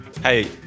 Hey